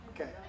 Okay